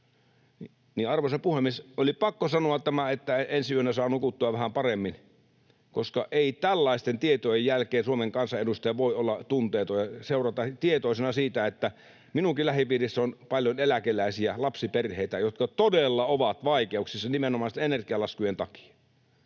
Arvoisa puhemies! Oli pakko sanoa tämä, että ensi yönä saa nukuttua vähän paremmin, koska ei tällaisten tietojen jälkeen Suomen kansan edustaja voi olla tunteeton ja seurata tätä sivusta tietoisena siitä, että minunkin lähipiirissäni on paljon eläkeläisiä ja lapsiperheitä, jotka todella ovat vaikeuksissa nimenomaan energialaskujen takia.